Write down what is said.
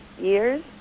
years